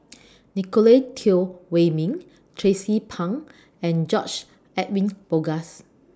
Nicolette Teo Wei Min Tracie Pang and George Edwin Bogaars